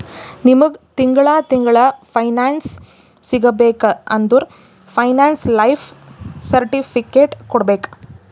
ನಿಮ್ಮಗ್ ತಿಂಗಳಾ ತಿಂಗಳಾ ಪೆನ್ಶನ್ ಸಿಗಬೇಕ ಅಂದುರ್ ಪೆನ್ಶನ್ ಲೈಫ್ ಸರ್ಟಿಫಿಕೇಟ್ ಕೊಡ್ಬೇಕ್